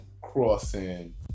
crossing